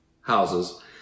houses